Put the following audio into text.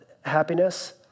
happiness